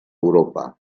europa